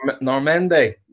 Normandy